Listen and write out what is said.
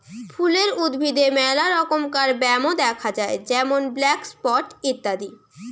ফুলের উদ্ভিদে মেলা রমকার ব্যামো দ্যাখা যায় যেমন ব্ল্যাক স্পট ইত্যাদি